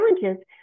challenges